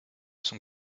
sont